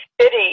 city